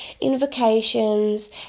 invocations